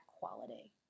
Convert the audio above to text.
quality